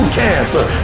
cancer